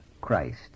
Christ